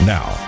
Now